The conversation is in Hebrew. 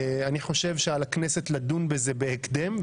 אני חושב שעל הכנסת לדון בזה בהקדם,